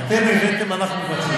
אתם הבאתם, אנחנו מבצעים.